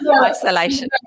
Isolation